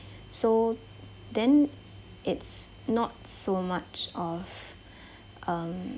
so then it's not so much of um